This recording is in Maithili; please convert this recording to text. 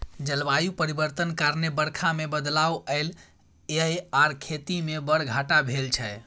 जलबायु परिवर्तन कारणेँ बरखा मे बदलाव एलय यै आर खेती मे बड़ घाटा भेल छै